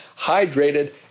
hydrated